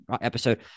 episode